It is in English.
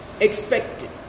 expected